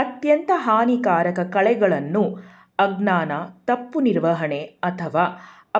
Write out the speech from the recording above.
ಅತ್ಯಂತ ಹಾನಿಕಾರಕ ಕಳೆಗಳನ್ನು ಅಜ್ಞಾನ ತಪ್ಪು ನಿರ್ವಹಣೆ ಅಥವಾ